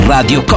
Radio